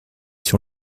sur